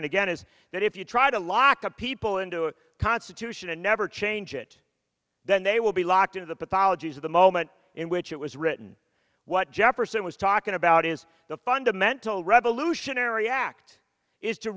and again is that if you try to lock up people into a constitution and never change it then they will be locked into the pathologies of the moment in which it was written what jefferson was talking about is the fundamental revolutionary act is to